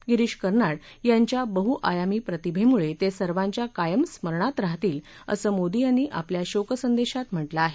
गिरीश कर्नाड यांच्या बहआयामी प्रतिभेमुळे ते सर्वांच्या कायम स्मरणात राहतील असं मोदी यांनी आपल्या शोक संदेशात म्हटलं आहे